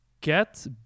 get